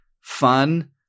fun